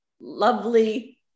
lovely